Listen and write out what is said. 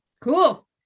cool